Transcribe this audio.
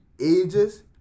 ages